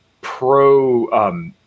pro